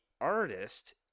artist